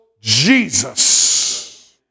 Jesus